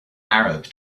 arab